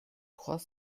trois